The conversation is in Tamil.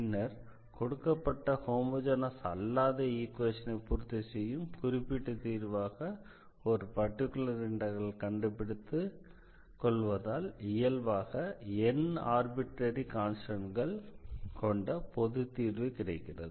பின்னர் கொடுக்கப்பட்ட ஹோமோஜெனஸ் அல்லாத ஈக்வேஷனை பூர்த்தி செய்யும் குறிப்பிட்ட தீர்வாக ஒரு பர்டிகுலர் இண்டெக்ரலை கண்டுபிடித்து கொள்வதால் இயல்பாக n ஆர்பிட்ரரி கான்ஸ்டண்ட்கள் கொண்ட பொதுத்தீர்வு கிடைக்கிறது